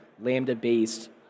Lambda-based